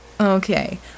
Okay